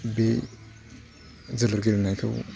बे जोलुर गेलेनायखौ